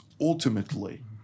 ultimately